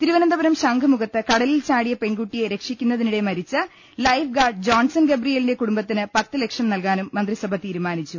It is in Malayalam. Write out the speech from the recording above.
തിരുവനന്തപുരം ശംഖുമുഖത്ത് കടലിൽ ചാടിയ പെൺകുട്ടിയെ രക്ഷിക്കുന്നതിനിടെ മരിച്ച ലൈഫ് ഗാർഡ് ജോൺസൺ ഗബ്രി യേലിന്റെ കുടുംബത്തിന് പത്തു ലക്ഷം നൽകാനും മന്ത്രിസഭ തീരു മാനിച്ചു